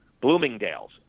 Bloomingdale's